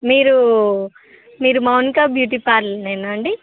మీరు మీరు మౌనిక బ్యూటీ పార్లరేనా అండి